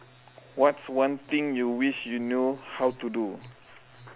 what's one thing you wish you knew how to do